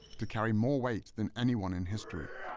to carry more weight than anyone in history.